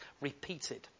repeated